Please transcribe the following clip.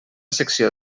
secció